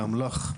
לאמל"ח.